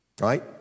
Right